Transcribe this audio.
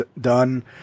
done